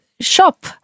shop